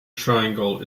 triangle